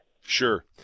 Sure